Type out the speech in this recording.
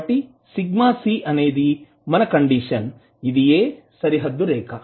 కాబట్టి σc అనేది మన కండిషన్ ఇదియే సరిహద్దురేఖ